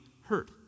hurt